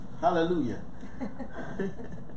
hallelujah